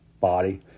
body